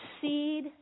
seed